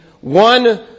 one